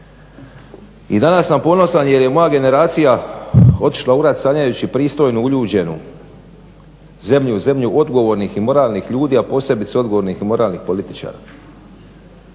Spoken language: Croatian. i danas sam ponosan jer je moja generacija otišla u rat sanjajući pristojnu, uljuđenu zemlju, zemlju odgovornih i moralnih ljudi, a posebice odgovornih i moralnih političara.